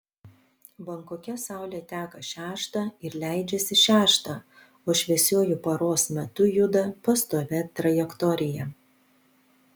bankoke saulė teka šeštą ir leidžiasi šeštą o šviesiuoju paros metu juda pastovia trajektorija